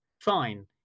fine